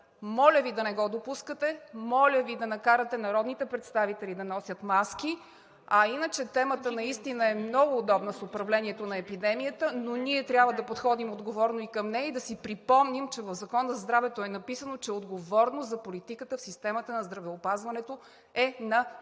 Моля Ви да не го допускате. Моля Ви да накарате народните представители да носят маски. А иначе темата наистина е много удобна с управлението на епидемията, но ние трябва да подходим отговорно и към нея и да си припомним, че в Закона за здравето е написано, че отговорност за политиката в системата на здравеопазването е на министъра